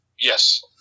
Yes